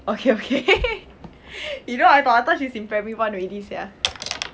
okay okay you know I thought I thought she's in primary one already sia